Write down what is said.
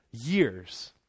years